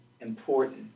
important